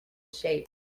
shape